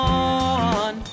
on